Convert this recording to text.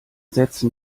setzen